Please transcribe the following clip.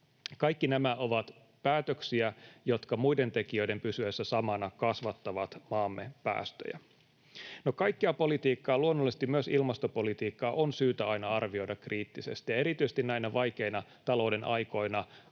Kaikki nämä ovat päätöksiä, jotka muiden tekijöiden pysyessä samana kasvattavat maamme päästöjä. No, kaikkea politiikkaa, luonnollisesti myös ilmastopolitiikkaa, on syytä aina arvioida kriittisesti, ja erityisesti näinä vaikeina talouden aikoina